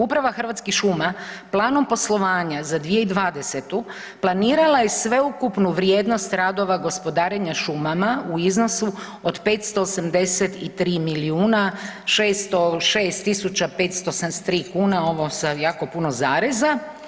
Uprava Hrvatskih šuma planom poslovanja za 2020. planirala je sveukupnu vrijednost radova gospodarenja šumama u iznosu od 583 milijuna 606 tisuća 573 kune, ovo sa jako puno zareza.